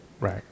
Right